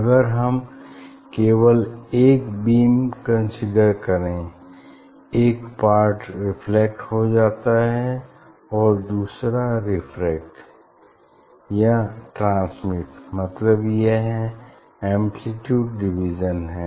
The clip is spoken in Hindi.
अगर हम केवल एक बीम कंसीडर करें एक पार्ट रिफ्लेक्ट हो जाता है और दूसरा रेफ्रेक्ट या ट्रांसमिट मतलब यह एम्प्लीट्यूड डिवीज़न है